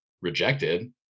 rejected